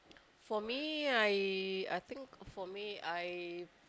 for me I I think for me I